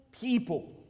people